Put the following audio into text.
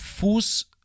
Fuß